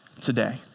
today